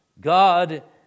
God